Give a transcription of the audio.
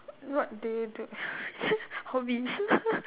what do you do hobbies